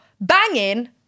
banging